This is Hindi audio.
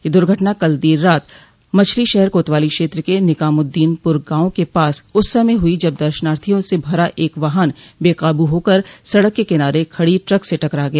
यह दुर्घटना कल देर रात मछलीशहर कोतवाली क्षेत्र के निकामद्दीनपुर गांव के पास उस समय हुई जब दशनार्थियों से भरा एक वाहन बेकाबू होकर सड़क के किनारे खड़ी ट्रक से टकरा गया